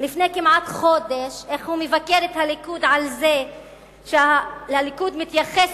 לפני כמעט חודש איך הוא מבקר את הליכוד על זה שהליכוד מתייחס